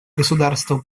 государства